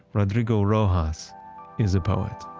rodrigo rojas is a poet